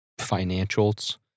financials